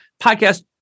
podcast